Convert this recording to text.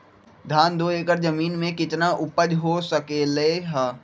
धान दो एकर जमीन में कितना उपज हो सकलेय ह?